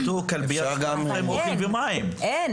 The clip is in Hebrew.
אתה יכול